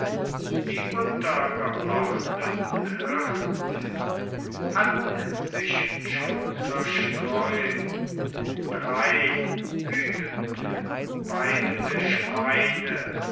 die untergeordneten hirten hatten sich schon zerstreut drei hüteten weidende schweine